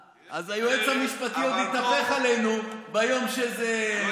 אז היועץ המשפטי עוד יתהפך עלינו ביום שזה,